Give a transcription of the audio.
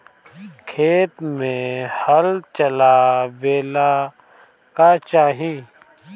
खेत मे हल चलावेला का चाही?